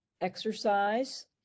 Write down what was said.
exercise